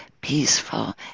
peaceful